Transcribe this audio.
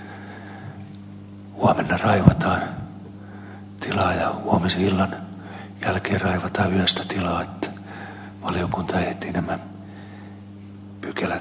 täytyy vaan nyt sitten kannustaa maa ja metsätalousvaliokuntaa että huomenna raivataan tilaa ja huomisen illan jälkeen raivataan yöstä tilaa että valiokunta ehtii nämä pykälät kaiken kaikkiaan riittävän nopeasti tässä nyt sitten käsitellä